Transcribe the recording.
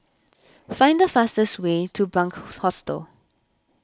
find the fastest way to Bunc Hostel